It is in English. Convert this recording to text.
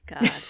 God